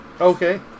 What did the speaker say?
Okay